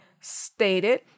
stated